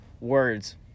words